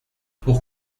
pour